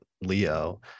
Leo